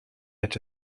met